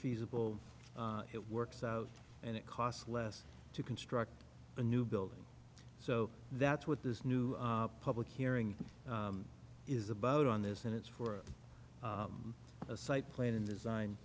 feasible it works out and it costs less to construct a new building so that's what this new public hearing is about on this and it's for a site plan and design